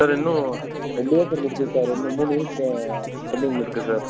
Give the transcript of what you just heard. sir இன்னும் ரெண்டு தான் சார் முடிச்சுருக்காரு இன்னும் மூணு யூனிட் பெண்டிங்கில் இருக்குது சார்